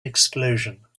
explosion